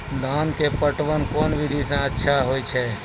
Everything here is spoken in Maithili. धान के पटवन कोन विधि सै अच्छा होय छै?